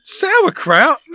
sauerkraut